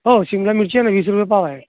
हो शिमला मिरची आहे ना वीस रुपये पाव आहे